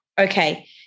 okay